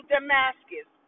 Damascus